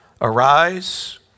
Arise